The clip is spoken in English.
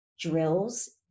drills